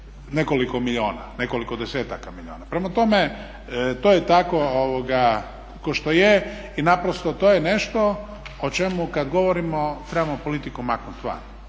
nekoliko milijuna, nekoliko desetaka milijuna. Prema tome, to je tako kao što je i naprosto to je nešto o čemu kad govorimo trebamo politiku maknuti van,